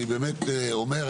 אני באמת אומר,